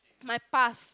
my past